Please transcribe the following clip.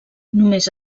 només